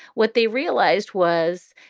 what they realized was,